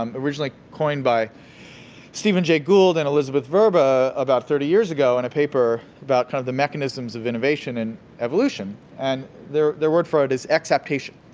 um originally coined by steven jay gould and elizabeth verba about thirty years ago in a paper about kind of the mechanisms of innovation in evolution. and the word for it is exaptation.